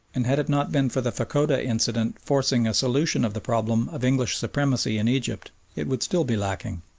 and had it not been for the fachoda incident forcing a solution of the problem of english supremacy in egypt it would still be lacking.